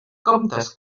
comptes